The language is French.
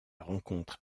rencontre